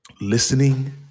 listening